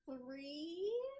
three